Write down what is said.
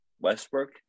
Westbrook